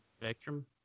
spectrum